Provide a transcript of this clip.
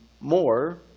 more